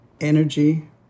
energy